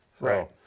Right